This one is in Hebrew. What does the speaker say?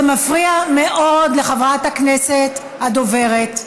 זה מפריע מאוד לחברת הכנסת הדוברת.